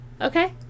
Okay